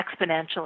exponentially